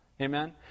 Amen